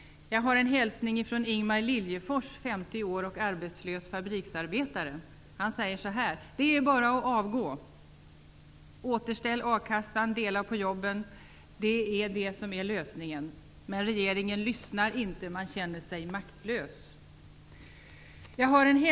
Ingemar Liljefors, 50 år, är arbetslös fabriksarbetare. Han säger så här: Det är bara att avgå. Återställ a-kassan, dela på jobben! Det är det som är lösningen, men regeringen lyssnar inte. Man känner sig maktlös.